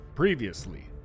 Previously